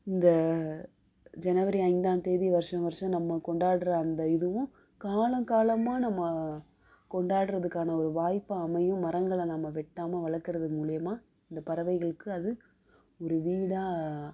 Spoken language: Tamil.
இந்த ஜனவரி ஐந்தாம் தேதி வருஷம் வருஷம் நம்ம கொண்டாடுற அந்த இதுவும் காலம் காலமாக நம்ம கொண்டாடுறதுக்கான ஒரு வாய்ப்பாக அமையும் மரங்களை நாம வெட்டாமல் வளர்க்குறது மூலியமாக அந்த பறவைகளுக்கு அது ஒரு வீடாக